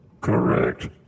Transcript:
Correct